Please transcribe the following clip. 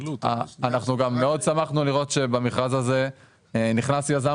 אנחנו גם מאוד שמחנו לראות שבמכרז הזה נכנס יזם